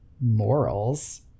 morals